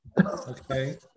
Okay